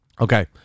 Okay